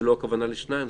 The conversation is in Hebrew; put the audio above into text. שלא הכוונה לשניים,